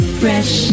fresh